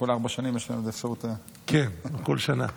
כל ארבע שנים יש לנו עוד אפשרות, כן, כל שנה.